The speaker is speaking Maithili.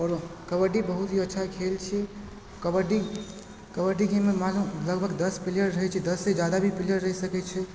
आओर कबड्डी बहुत ही अच्छा खेल छी कबड्डी कबड्डी गेममे मानुू लगभग दस प्लेयर रहै छै दस प्लेयरसँ जादा भी रहि सकै छै